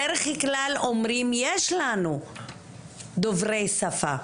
בדרך כלל אומרים יש לנו דוברי שפה.